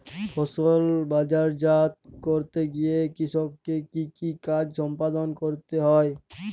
ফসল বাজারজাত করতে গিয়ে কৃষককে কি কি কাজ সম্পাদন করতে হয়?